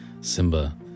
Simba